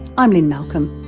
i'm lynne malcolm,